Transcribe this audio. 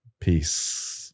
Peace